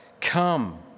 Come